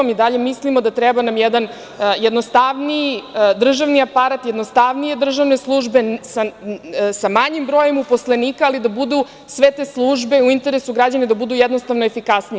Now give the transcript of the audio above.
Mi i dalje mislimo da treba nam jedan jednostavniji državni aparat, jednostavnije državne službe sa manjim brojem uposlenika, ali da budu sve te službe u interesu građana i da budu efikasnije.